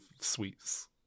sweets